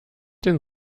den